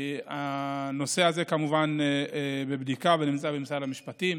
הנושא הזה כמובן בבדיקה ונמצא במשרד המשפטים.